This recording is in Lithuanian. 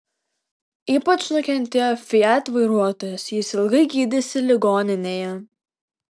ypač nukentėjo fiat vairuotojas jis ilgai gydėsi ligoninėje